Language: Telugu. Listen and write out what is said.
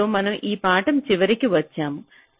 దీనితో మనం ఈ పాఠం చివరికి వచ్చాము